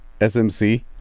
SMC